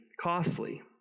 costly